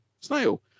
snail